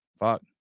Fuck